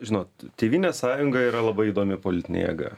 žinot tėvynės sąjunga yra labai įdomi politinė jėga